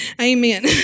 Amen